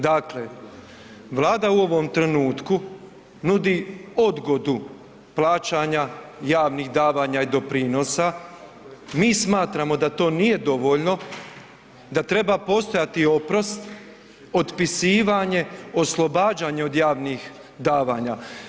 Dakle, Vlada u ovom trenutku nudi odgodu plaćanja javnih davanja i doprinosa, mi smatramo da to nije dovoljno, da treba postojati oprost, otpisivanje, oslobađanje od javnih davanja.